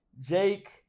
Jake